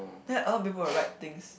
then a lot of people will write things